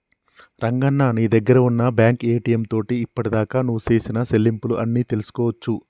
రంగన్న నీ దగ్గర ఉన్న బ్యాంకు ఏటీఎం తోటి ఇప్పటిదాకా నువ్వు సేసిన సెల్లింపులు అన్ని తెలుసుకోవచ్చు